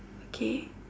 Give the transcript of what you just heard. okay